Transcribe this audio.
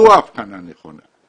זו ההבחנה הנכונה.